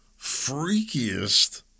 freakiest